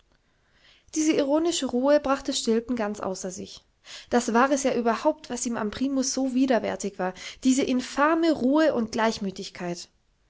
diese ironische ruhe brachte stilpen ganz außer sich das war es ja überhaupt was ihm am primus so widerwärtig war diese infame ruhe und gleichmütigkeit